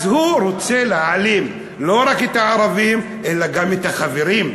הוא רוצה להעלים לא רק את הערבים אלא גם את החברים.